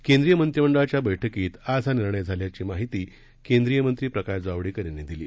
केंद्रीय मंत्रीमंडळाच्या बैठकीत आज हा निर्णय घेण्यात आल्याची माहिती केंद्रीय मंत्री प्रकाश जावडेकर यांनी दिली